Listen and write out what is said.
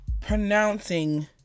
pronouncing